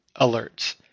alerts